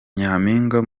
nyampinga